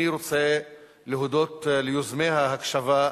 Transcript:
אני רוצה להודות ליוזמי יום ההקשבה,